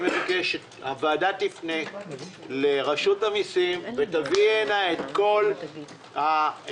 אני מבקש שהוועדה תפנה לרשות המיסים ותביא הנה את כל אותם